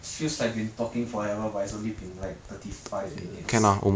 feels like been talking forever but it's only been like thirty five minutes